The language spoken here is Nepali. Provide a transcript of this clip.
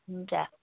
हुन्छ